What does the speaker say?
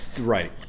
Right